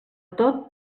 tot